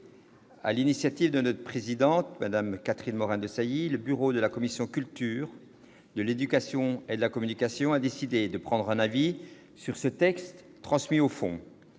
l'initiative de sa présidente, Mme Catherine Morin-Desailly, le bureau de la commission de la culture, de l'éducation et de la communication a décidé de rendre un avis sur ce texte transmis au fond